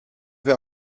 wir